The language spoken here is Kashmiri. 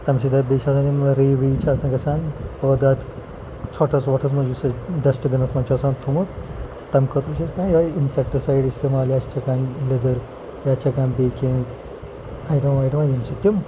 تَمہِ سۭتۍ حظ بیٚیہِ چھِ آسان یِم ریٚیہِ ویٚیہِ چھِ آسان گژھان پٲدٕ اَتھ ژھۄٹَس وۄٹَس منٛز یُس أسۍ ڈیسٹٕبِنَس منٛز چھُ آسان تھوٚومُت تَمہِ خٲطرٕ چھِ أسۍ کَران یِہٕے اِنسیکٹٕسایڈ استعمال یا چھِ چھَکان لیٚدٔر یا چھَکان بیٚیہِ کینٛہہ آیٹم وایٹَم ییٚمہِ سۭتۍ تِم